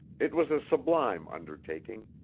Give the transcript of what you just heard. it was a sublime undertaking,